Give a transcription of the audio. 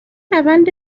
روند